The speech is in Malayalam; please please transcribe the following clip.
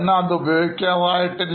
എന്നാൽ അത് ഉപയോഗിക്കാം ആയിട്ടില്ല